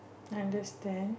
understand